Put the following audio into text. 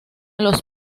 los